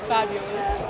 Fabulous